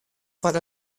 foar